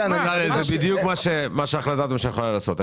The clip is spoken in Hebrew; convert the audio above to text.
זה בדיוק מה שהחלטת ממשלה יכולה לעשות.